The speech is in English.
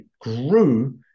grew